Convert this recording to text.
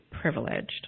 privileged